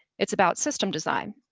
it's about system design.